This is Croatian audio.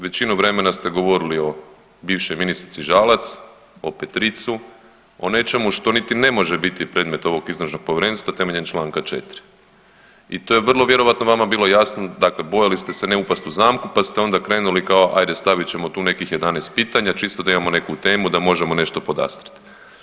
Većinu vremena ste govorili o bivšoj ministrici Žalac, o Petricu, o nečemu što niti ne može biti predmet ovog istražnog povjerenstva temeljem čl.4. I to je vrlo vjerojatno vama bilo jasno, dakle bojali ste se ne upasti u zamku pa ste onda krenuli, kao ajde stavit ćemo tu nekakvih 11 pitanja, čisto da imamo neku temu, da možemo nešto podastrijet.